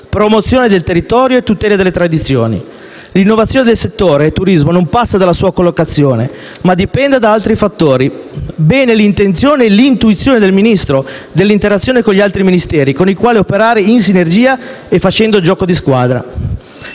promozione del territorio e la tutela delle tradizioni. L'innovazione del settore turismo non passa dalla sua collocazione, ma dipende da altri fattori. Positive sono l'intenzione e l'intuizione del Ministro dell'interazione con gli altri Ministeri, con i quali operare in sinergia e facendo gioco di squadra.